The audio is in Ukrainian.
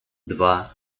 два